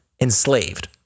enslaved